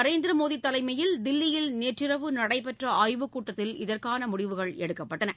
நரேந்திர மோடி தலைமையில் தில்லியில் நேற்றிரவு நடைபெற்ற ஆய்வுக் கூட்டத்தில் இதற்கான முடிவுகள் எடுக்கப்பட்டன